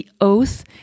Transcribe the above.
oath